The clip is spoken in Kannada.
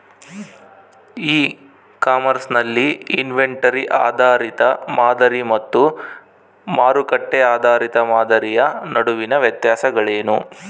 ಇ ಕಾಮರ್ಸ್ ನಲ್ಲಿ ಇನ್ವೆಂಟರಿ ಆಧಾರಿತ ಮಾದರಿ ಮತ್ತು ಮಾರುಕಟ್ಟೆ ಆಧಾರಿತ ಮಾದರಿಯ ನಡುವಿನ ವ್ಯತ್ಯಾಸಗಳೇನು?